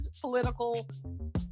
political